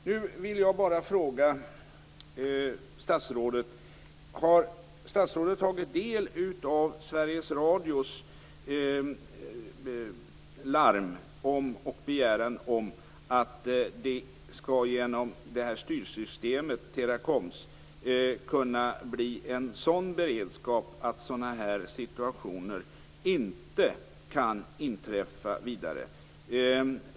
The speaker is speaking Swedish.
Nu vill jag bara fråga statsrådet: Har statsrådet tagit del av Sveriges Radios larm och begäran om att det genom det här styrsystemet, Teracoms styrsystem, skall kunna bli en sådan beredskap att sådana här situationer inte vidare kan inträffa?